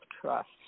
trust